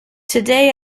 today